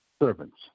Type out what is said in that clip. servants